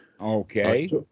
Okay